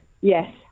Yes